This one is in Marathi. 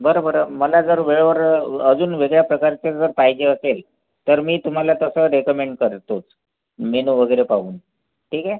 बरं बरं मला जर वेळेवर अजून वेगळ्या प्रकारचे जर पाहिजे असेल तर मी तुम्हाला तसं रेकमेंड करतोच मेनू वगैरे पाहून ठीक आहे